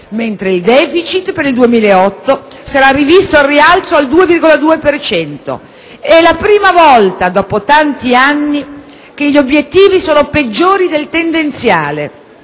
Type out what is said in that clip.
mentre il *deficit* per il 2008 sarà rivisto al rialzo al 2,2 per cento. Per la prima volta, dopo tanti anni, gli obiettivi sono peggiori del tendenziale.